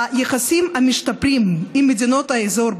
היחסים המשתפרים עם מדינות האזור,